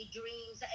dreams